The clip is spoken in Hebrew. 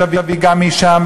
ותביא גם משם,